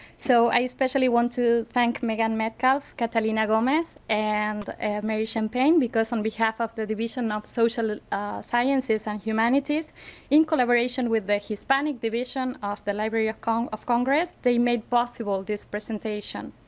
so i especially want to thank megan metcalf, catalina gomez and mary champagne because on behalf of the division of social sciences and humanities in collaboration with the hispanic division of the library of congress they made possible this presentation.